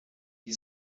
die